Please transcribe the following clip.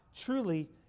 truly